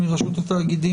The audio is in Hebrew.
מרשות התאגידים,